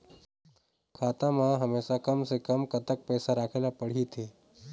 खाता मा हमेशा कम से कम कतक पैसा राखेला पड़ही थे?